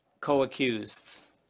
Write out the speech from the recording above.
co-accused